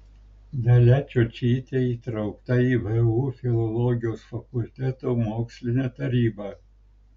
dalia čiočytė įtraukta į vu filologijos fakulteto mokslinę tarybą